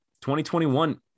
2021